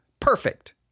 Perfect